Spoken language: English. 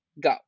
go